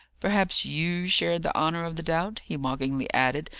perhaps you shared the honour of the doubt? he mockingly added,